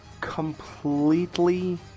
completely